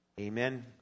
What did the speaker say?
Amen